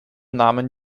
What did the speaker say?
namen